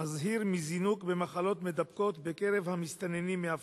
מזהיר מזינוק במחלות מידבקות בקרב המסתננים מאפריקה.